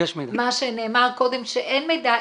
מה שנאמר קודם שאין מידע,